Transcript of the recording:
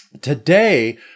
Today